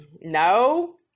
No